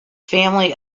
family